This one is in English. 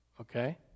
Okay